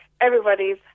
everybody's